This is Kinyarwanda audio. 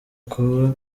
kuko